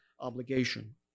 obligation